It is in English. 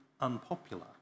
unpopular